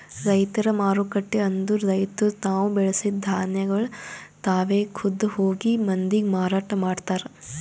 ರೈತರ ಮಾರುಕಟ್ಟೆ ಅಂದುರ್ ರೈತುರ್ ತಾವು ಬೆಳಸಿದ್ ಧಾನ್ಯಗೊಳ್ ತಾವೆ ಖುದ್ದ್ ಹೋಗಿ ಮಂದಿಗ್ ಮಾರಾಟ ಮಾಡ್ತಾರ್